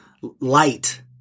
light